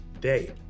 day